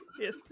yes